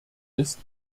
ist